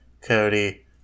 Cody